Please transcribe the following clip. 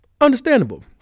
Understandable